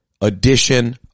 edition